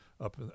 up